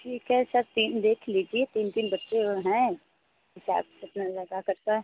ठीक है सर तीन देख लीजिए तीन तीन बच्चे हैं हिसाब से अपना ज़्यादा करता